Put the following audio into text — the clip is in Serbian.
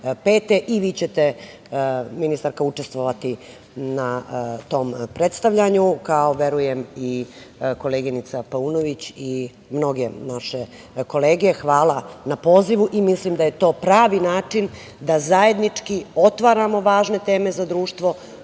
i vi ćete, ministarka učestvovati na tom predstavljanju, kao verujem i koleginica Paunović i mnoge naše kolege. Hvala na pozivu i mislim da je to pravi način da zajednički otvaramo važne teme za društvo.